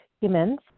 humans